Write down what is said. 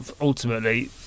Ultimately